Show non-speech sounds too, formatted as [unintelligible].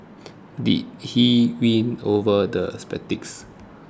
did he win over the [unintelligible]